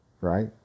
Right